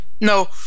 No